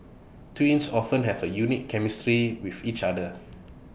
twins often have A unique chemistry with each other